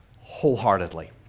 wholeheartedly